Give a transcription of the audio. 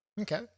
Okay